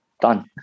done